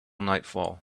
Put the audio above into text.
nightfall